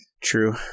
True